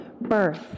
birth